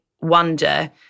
wonder